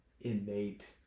innate